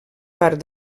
part